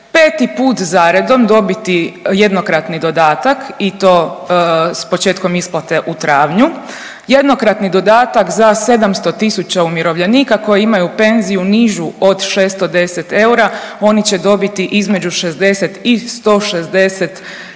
već 5 put zaredom dobiti jednokratni dodatak i to s početkom isplate u travnju. Jednokratni dodatak za 700 tisuća umirovljenika koji imaju penziju nižu od 610 eura oni će dobiti između 60 i 160 eura